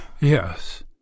Yes